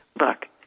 look